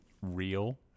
real